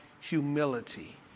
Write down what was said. humility